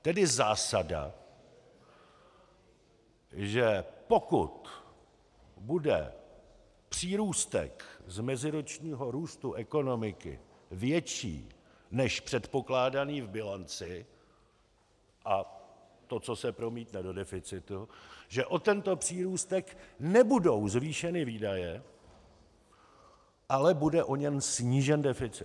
Tedy zásada, že pokud bude přírůstek z meziročního růstu ekonomiky větší než předpokládaný v bilanci, a to, co se promítne do deficitu, že o tento přírůstek nebudou zvýšeny výdaje, ale bude o něj snížen deficit.